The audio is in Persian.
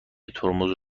ترمز